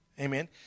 Amen